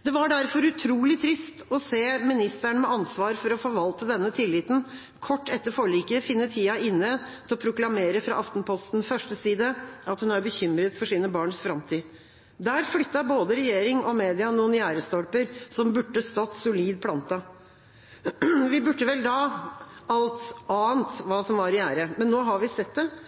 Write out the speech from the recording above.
Det var derfor utrolig trist å se ministeren med ansvar for å forvalte denne tilliten, kort tid etter forliket finne tida inne til å proklamere fra Aftenpostens førsteside at hun er bekymret for sine barns framtid. Der flyttet både regjering og media noen gjerdestolper som burde stått solid plantet. Vi burde vel alt da ant hva som var i gjære. Nå har vi